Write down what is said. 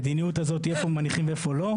ומהמדיניות הזאת של איפה מניחים ואיפה לא.